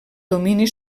domini